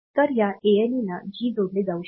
तर ह्या ALE ला G जोडले जाऊ शकते